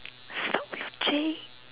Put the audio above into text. start with J